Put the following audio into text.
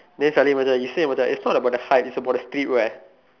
then suddenly Macha you say Macha it's not about the hype it's about the streetwear